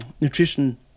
nutrition